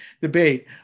debate